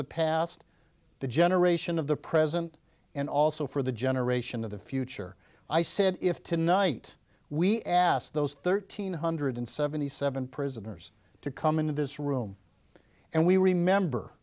the past the generation of the present and also for the generation of the future i said if tonight we asked those thirteen hundred seventy seven prisoners to come into this room and we remember